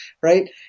right